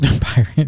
Pirate